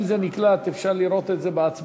אם זה נקלט, אפשר לראות את זה בהצבעות.